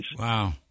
Wow